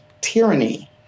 tyranny